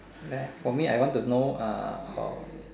then for me I want to know uh or